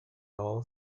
all